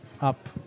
up